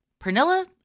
Pernilla